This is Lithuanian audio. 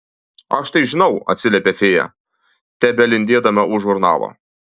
aš tai žinau atsiliepia fėja tebelindėdama už žurnalo